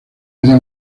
era